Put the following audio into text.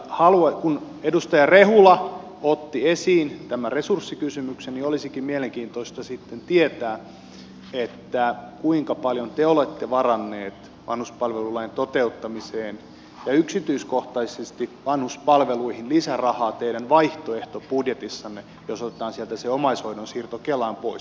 kun edustaja rehula otti esiin tämän resurssikysymyksen niin olisikin mielenkiintoista sitten tietää kuinka paljon te olette varanneet vanhuspalvelulain toteuttamiseen ja yksityiskohtaisesti vanhuspalveluihin lisärahaa teidän vaihtoehtobudjetissanne jos otetaan sieltä se omaishoidon siirto kelaan pois